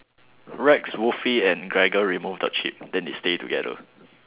Rex and remove the chip then they stay together